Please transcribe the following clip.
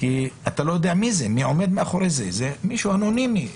אתה לא יודע מי זה, זה מישהו אנונימי.